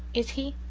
is he?